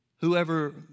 Whoever